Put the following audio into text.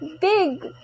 Big